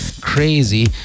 Crazy